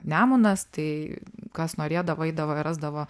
nemunas tai kas norėdavo eidavo ir rasdavo